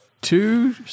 Two